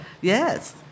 Yes